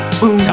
boom